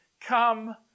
Come